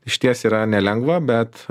išties yra nelengva bet